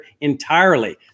entirely